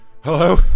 Hello